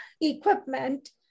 equipment